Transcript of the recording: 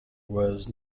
was